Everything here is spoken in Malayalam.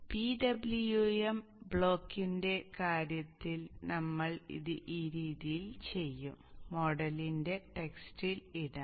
PWM ബ്ലോക്കിന്റെ കാര്യത്തിൽ നമ്മൾ ഇത് ഈ രീതിയിൽ ചെയ്യും മോഡലിന്റെ ടെക്സ്റ്റിൽ ഇടാം